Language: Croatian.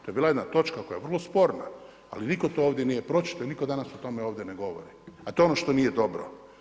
To je bila jedna točka koja je vrlo sporna, ali niko to ovdje nije pročito i niko danas o tome ovdje ne govori, a to je ono što nije dobro.